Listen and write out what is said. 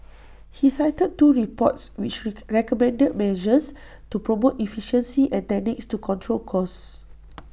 he cited two reports which reek recommended measures to promote efficiency and techniques to control costs